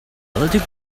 little